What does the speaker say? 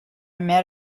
met